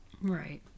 Right